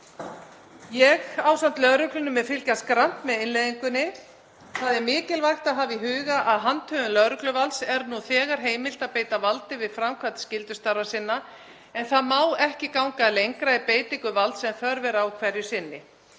Ég, ásamt lögreglunni, mun fylgjast grannt með innleiðingunni. Það er mikilvægt að hafa í huga að handhöfum lögregluvalds er nú þegar heimilt að beita valdi við framkvæmd skyldustarfa sinna en það má ekki ganga lengra í beitingu valds en þörf er á hverju sinni.